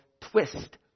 twist